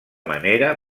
manera